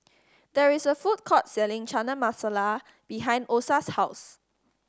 there is a food court selling Chana Masala behind Osa's house